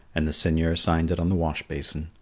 and the seigneur signed it on the wash-basin.